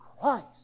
Christ